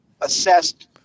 assessed